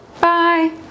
Bye